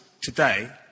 today